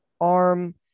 arm